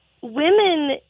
women